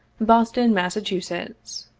boston, massachusetts.